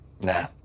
Nah